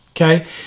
Okay